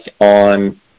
on